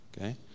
okay